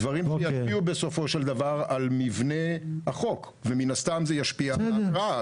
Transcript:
הדברים שישפיעו בסופו של דבר על מבנה החוק ומן הסתם זה ישפיע על ההקראה,